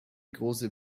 große